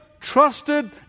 trusted